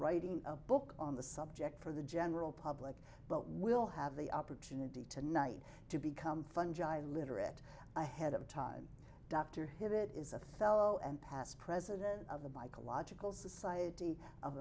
writing a book on the subject for the general public but will have the opportunity tonight to become fungi literate ahead of time dr hit is a fellow and past president of the mycological society of